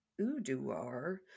Uduar